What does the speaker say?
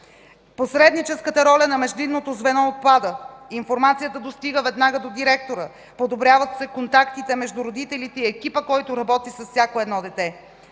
Посредническата роля на междинното звено отпада. Информацията достига веднага до директора. Подобряват се контактите между родителите и екипа, който работи с всяко едно дете.